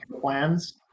plans